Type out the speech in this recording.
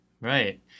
Right